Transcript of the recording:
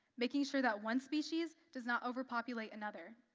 making sure that one species does not overpopulate another.